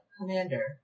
commander